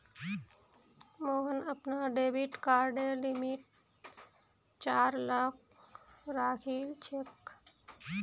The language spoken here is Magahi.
मोहन अपनार डेबिट कार्डेर लिमिट चार लाख राखिलछेक